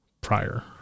prior